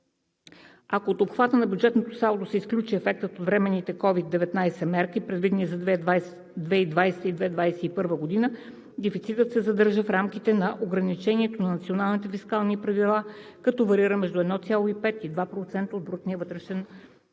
Ако от обхвата на бюджетното салдо се изключи ефектът от временните COVID-19 мерки, предвидени за 2020-а и 2021 г., дефицитът се задържа в рамките на ограничението на националните фискални правила, като варира между 1,5 и 2% от брутния вътрешен продукт